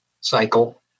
cycle